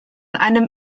einem